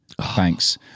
thanks